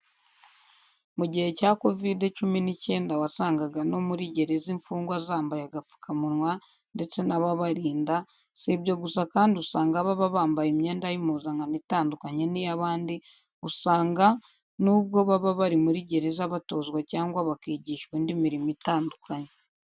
Mu gihe cya Covide cumi n'icyenda wasangaga no muri gereza imfungwa zambaye agapfukamunwa ndetse n'ababarinda, si ibyo gusa kandi usanga baba bambaye imyenda y'impuzankano itandukanye n'iy'abandi, usanga n'ubwo baba bari muri gereza batozwa cyangwa bakigishwa indi mirimo itandukanye.